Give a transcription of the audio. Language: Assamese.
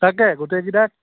তাকে গোটেইকিটাক